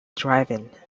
driving